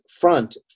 front